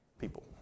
people